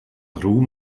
ruhm